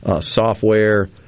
software